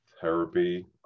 therapy